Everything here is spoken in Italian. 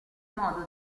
modo